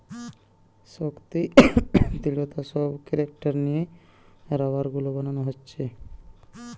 শক্তি, দৃঢ়তা সব ক্যারেক্টার লিয়ে রাবার গুলা বানানা হচ্ছে